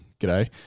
g'day